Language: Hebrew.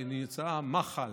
סימנה מחל,